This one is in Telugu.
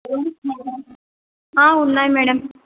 ఆ ఉన్నాయి మేడం